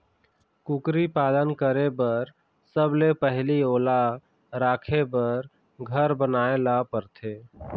कुकरी पालन करे बर सबले पहिली ओला राखे बर घर बनाए ल परथे